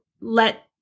let